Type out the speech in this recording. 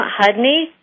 Hudney